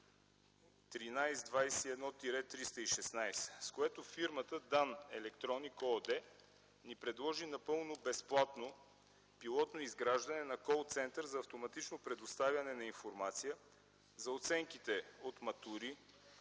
1321 316, с което фирмата „Дан електроник” ООД ни предложи напълно безплатно пилотно изграждане на кол-център за автоматично предоставяне на информация за оценките от матури,